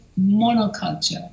monoculture